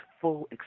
full